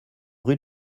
rue